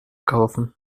kaufen